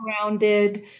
grounded